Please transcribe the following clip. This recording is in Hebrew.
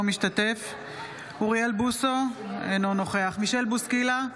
בהצבעה אוריאל בוסו, אינו נוכח מישל בוסקילה,